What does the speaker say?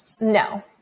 No